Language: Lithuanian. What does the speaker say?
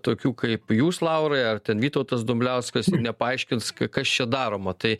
tokių kaip jūs laurai ar ten vytautas dumbliauskas nepaaiškins kas čia daroma tai